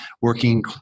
working